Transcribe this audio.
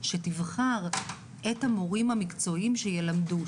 שתבחר את המורים המקצועיים שילמדו,